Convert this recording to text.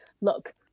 look